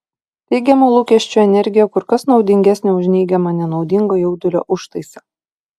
teigiamų lūkesčių energija kur kas naudingesnė už neigiamą nenaudingo jaudulio užtaisą